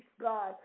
God